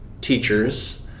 teachers